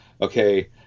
okay